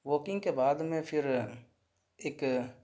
walking کے بعد میں پھر اک